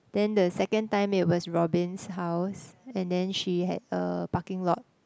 then the second time it was Robin's house and then she had a parking lot